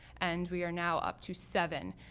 and we are now up to seven,